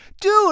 Dude